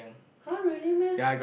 [huh] really meh